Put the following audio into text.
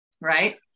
right